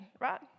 right